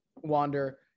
Wander